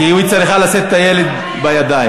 כי היא צריכה לשאת את הילד בידיים.